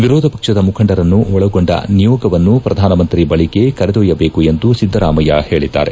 ವಿರೋಧ ಪಕ್ಷದ ಮುಖಂಡರನ್ನು ಒಳಗೊಂಡ ನಿಯೋಗವನ್ನು ಪ್ರಧಾನಮಂತ್ರಿ ಬಳಿಗೆ ಕರೆದೊಯ್ಯಬೇಕು ಎಂದು ಸಿದ್ದರಾಮಯ್ಯ ಹೇಳದ್ದಾರೆ